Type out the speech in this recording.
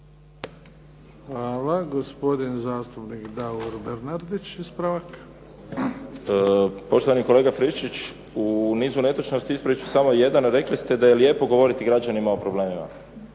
Hvala. Gospodin zastupnik Davor Bernardić, ispravak. **Bernardić, Davor (SDP)** Poštovani kolega Friščić u nizu netočnosti ispraviti ću samo jedan. Rekli ste da je lijepo govoriti građanima o problemima.